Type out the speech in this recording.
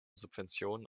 subventionen